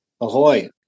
Ahoy